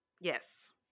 Yes